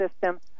system